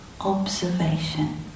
observation